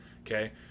Okay